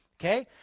Okay